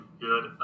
good